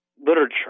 literature